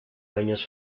años